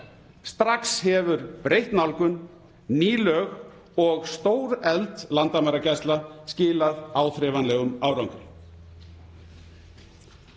Strax hefur breytt nálgun, ný lög og stórefld landamæragæsla skilað áþreifanlegum árangri.